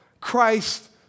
Christ